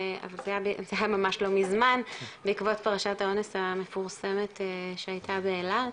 זה היה ממש כבר מזמן בעקבות פרשת האונס המפורסמת שהייתה באילת,